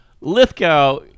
Lithgow